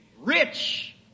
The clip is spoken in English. Rich